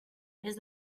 més